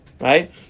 Right